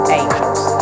angels